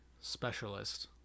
specialist